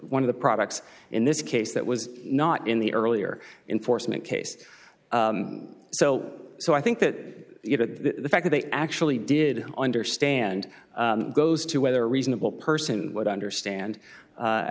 one of the products in this case that was not in the earlier in forcemeat case so so i think that you know the fact that they actually did understand goes to whether a reasonable person would understand